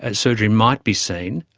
and surgery might be seen,